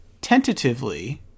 tentatively